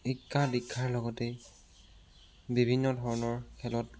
শিক্ষা দীক্ষাৰ লগতে বিভিন্ন ধৰণৰ খেলত